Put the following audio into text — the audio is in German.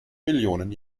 millionen